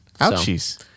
Ouchies